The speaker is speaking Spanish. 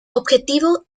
objetivo